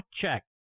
check